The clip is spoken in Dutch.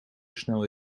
snel